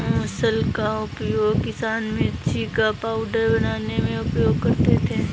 मुसल का उपयोग किसान मिर्ची का पाउडर बनाने में उपयोग करते थे